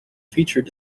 featured